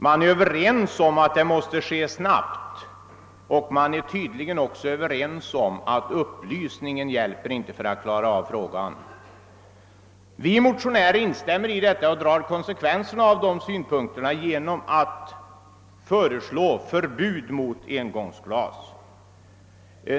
Man är överens om att det måste ske snabbt, och man är tydligen också överens om att upplysning inte hjälper för att klara av frågan. Vi motionärer instämmer i detta och drar konsekvensen genom att föreslå förbud mot engångsglas.